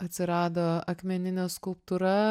atsirado akmeninė skulptūra